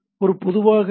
இந்த பொதுவாக ஹெச்